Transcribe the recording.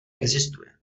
existuje